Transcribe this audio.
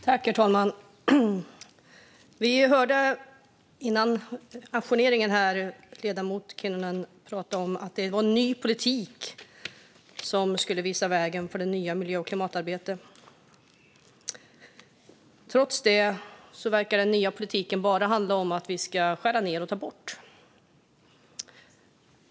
Herr talman! Vi hörde innan ajourneringen ledamoten Kinnunen prata om en ny politik som skulle visa vägen för miljö och klimatarbetet. Trots det verkar politiken bara handla om att skära ned och ta bort.